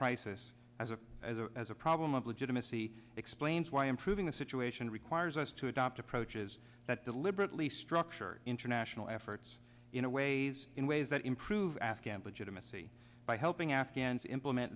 crisis as a as a as a problem of legitimacy explains why improving the situation requires us to adopt approaches that deliberately structured international efforts in a ways in ways that improve afghan budget a messy by helping afghans implement